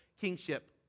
kingship